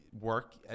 work